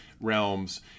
realms